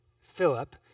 Philip